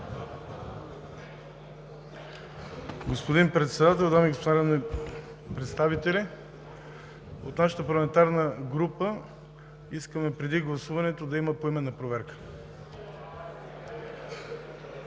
Господин Председател, дами и господа народни представители! От нашата парламентарна група искаме преди гласуването да има поименна проверка.